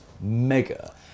mega